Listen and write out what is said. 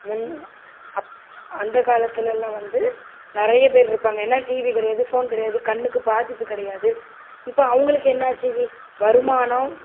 முன் அந்த காலத்திலலாம் வந்து நிறைய பேர் இருப்பாங்க ஏன்னா டிவி கிடையாது ஃபோன் கிடையாது கண்ணுக்கு பாதிப்பு கிடையாது இப்போ அவங்களுக்கு என்னாச்சு வருமானம்